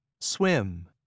Swim